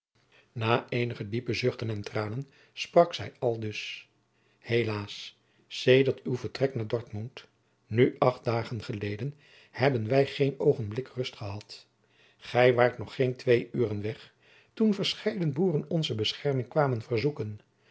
na eenige diepe zuchten en tranen sprak zij aldus helaas sedert uw vertrek naar dortmond nu acht dagen geleden hebben wij geen oogenblik rust gehad gij waart nog geen twee uren weg toen verscheiden boeren onze bescherming kwamen verzoeken